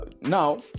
Now